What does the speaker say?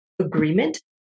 agreement